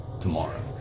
tomorrow